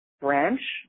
branch